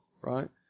right